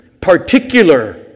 Particular